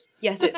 Yes